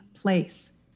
place